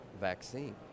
vaccine